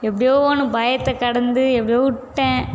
எப்படியோ ஒன்று பயத்தை கடந்து எப்படியோ விட்டேன்